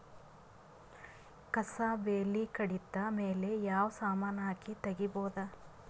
ಕಸಾ ಬೇಲಿ ಕಡಿತ ಮೇಲೆ ಯಾವ ಸಮಾನ ಹಾಕಿ ತಗಿಬೊದ?